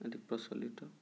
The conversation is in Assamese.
আদি প্ৰচলিত